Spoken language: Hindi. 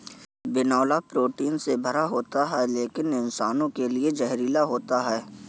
बिनौला प्रोटीन से भरा होता है लेकिन इंसानों के लिए जहरीला होता है